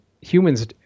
humans